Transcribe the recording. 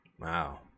Wow